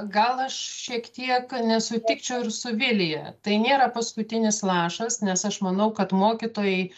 gal aš šiek tiek nesutikčiau ir su vilija tai nėra paskutinis lašas nes aš manau kad mokytojai